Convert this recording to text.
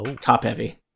top-heavy